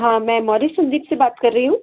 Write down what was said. हाँ मैं मौरी संदीप से बात कर रही हूँ